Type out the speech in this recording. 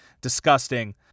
disgusting